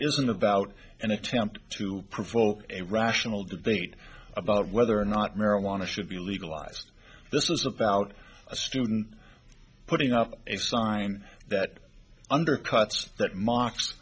isn't about an attempt to provoke a rational debate about whether or not marijuana should be legalized this is about a student putting up a sign that undercuts that mocks